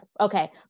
Okay